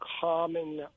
common